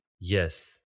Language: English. Yes